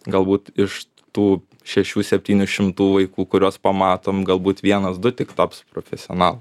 galbūt iš tų šešių septynių šimtų vaikų kuriuos pamatom galbūt vienas du tik taps profesionalai